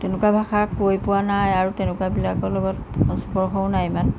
তেনেকুৱা ভাষা কৈ পোৱা নাই আৰু তেনেকুৱাবিলাকৰ লগত সংস্পৰ্শও নাই ইমান